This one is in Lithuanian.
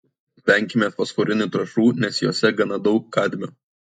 venkime fosforinių trąšų nes jose gana daug kadmio